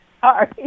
Sorry